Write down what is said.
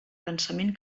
cansament